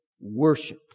worship